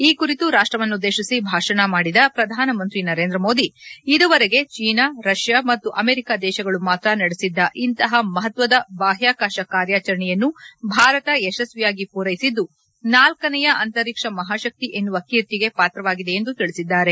ಈ ಕುರಿತು ರಾಷ್ಟವನ್ನುದ್ದೇಶಿಸಿ ಭಾಷಣ ಮಾಡಿದ ಪ್ರಧಾನಮಂತ್ರಿ ನರೇಂದ್ರ ಮೋದಿ ಇದುವರೆಗೆ ಚೀನಾ ರಷ್ಯಾ ಮತ್ತು ಅಮೆರಿಕ ದೇಶಗಳು ಮಾತ್ರ ನಡೆಸಿದ್ದ ಇಂತಹ ಮಹತ್ವದ ಬಾಹ್ಯಾಕಾಶ ಕಾರ್ಯಾಚರಣೆಯನ್ನು ಭಾರತ ಯಶಸ್ವಿಯಾಗಿ ಪೂರೈಸಿದ್ದು ಳನೇಯ ಅಂತರಿಕ್ಷ ಮಹಾಶಕ್ತಿ ಎನ್ನುವ ಕೀರ್ತಿಗೆ ಪಾತ್ರವಾಗಿದೆ ಎಂದು ತಿಳಿಸಿದ್ದಾರೆ